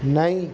नहीं